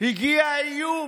הגיע האיום: